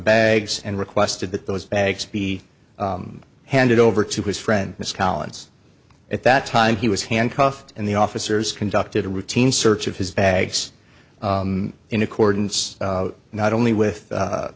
bags and requested that those bags be handed over to his friend miss collins at that time he was handcuffed and the officers conducted a routine search of his bags in accordance not only with